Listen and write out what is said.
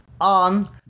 on